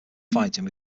fighting